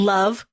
Love